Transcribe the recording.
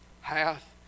hath